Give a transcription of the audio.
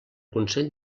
consell